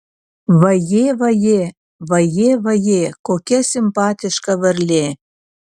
vajė vajė vajė vajė kokia simpatiška varlė